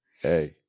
Hey